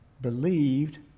believed